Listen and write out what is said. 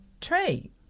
tree